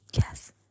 yes